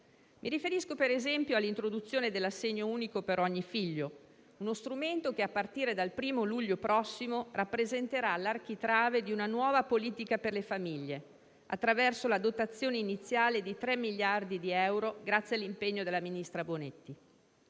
Mi riferisco per esempio all'introduzione dell'assegno unico per ogni figlio: uno strumento che, a partire dal primo luglio prossimo, rappresenterà l'architrave di una nuova politica per le famiglie, attraverso la dotazione iniziale di tre miliardi di euro, grazie all'impegno del ministro Bonetti.